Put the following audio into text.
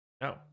No